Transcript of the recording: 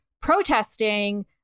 protesting